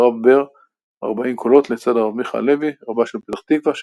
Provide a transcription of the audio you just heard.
נבחר הרב בר לשמש כרב ראשי אשכנזי בעיר נתניה.